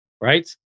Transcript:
right